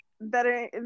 better